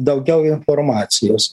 daugiau informacijos